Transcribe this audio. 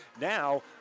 Now